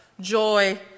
joy